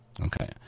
okay